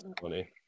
funny